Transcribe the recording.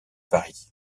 paris